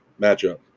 matchup